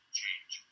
change